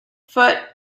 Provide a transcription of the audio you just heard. foot